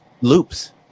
loops